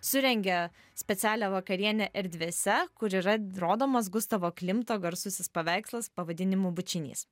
surengė specialią vakarienę erdvėse kur yra rodomas gustavo klimto garsusis paveikslas pavadinimu bučinys